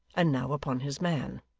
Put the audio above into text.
and now upon his man.